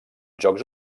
jocs